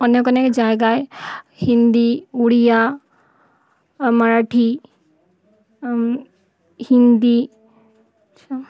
অনেক অনেক জায়গায় হিন্দি উড়িয়া মারাঠি হিন্দি আচ্ছা